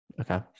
okay